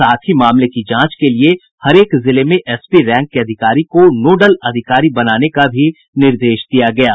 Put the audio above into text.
साथ ही मामले की जांच के लिए हरेक जिले में एसपी रैंक के अधिकारी को नोडल अधिकारी बनाने का भी निर्देश दिया गया है